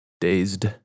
dazed